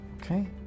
okay